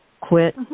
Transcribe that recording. Quit